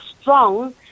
strong